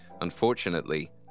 Unfortunately